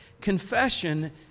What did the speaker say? Confession